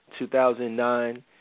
2009